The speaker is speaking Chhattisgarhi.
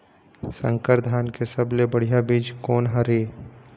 संकर धान के सबले बढ़िया बीज कोन हर ये?